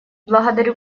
благодарю